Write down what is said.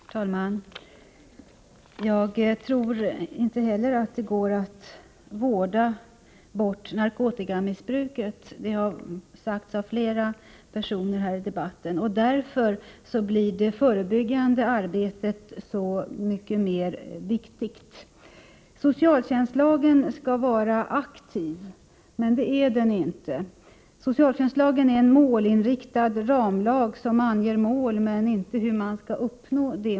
Herr talman! Jag tror inte heller att det går att vårda bort narkotikamissbruket. Det har sagts av flera personer här i debatten före mig. Därför blir det förebyggande arbetet så mycket mer viktigt. Socialtjänstlagen skall tillämpas aktivt, men det görs inte. Socialtjänstlagen är en målinriktad ramlag, som anger mål men inte hur målen skall uppnås.